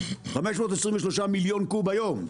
523 מיליון קוב היום.